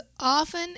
often